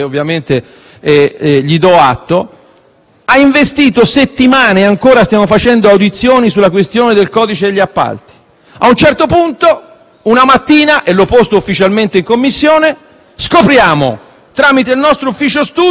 ha investito settimane e ancora stiamo facendo audizioni sulla questione del codice degli appalti. A un certo punto, una mattina - ho posto la questione ufficialmente in Commissione - scopriamo, tramite il nostro Ufficio studi, di aver ricevuto una velina